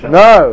no